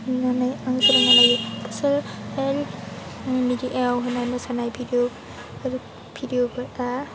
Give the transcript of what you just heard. नुनानै आं सोलोंना लायो ससियेल मेदियायाव होनाय मोसानाय भिडिअफोर भिडिअफोरा